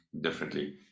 differently